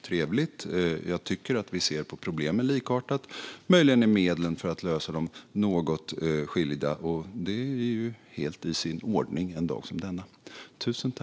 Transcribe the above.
Jag tycker att vi har en likartad syn på problemen, men möjligen är medlen för att lösa dem något skilda. Och det är helt i sin ordning en dag som denna.